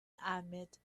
ahmed